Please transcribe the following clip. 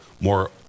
more